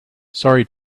sorry